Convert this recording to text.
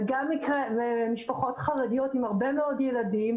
וגם משפחות חרדיות עם הרבה מאוד ילדים,